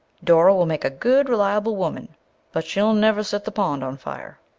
dora will make a good, reliable woman but she'll never set the pond on fire.